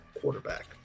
quarterback